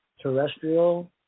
terrestrial